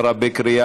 נתקבל.